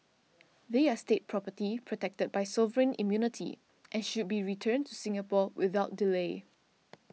they are State property protected by sovereign immunity and should be returned to Singapore without delay